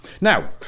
Now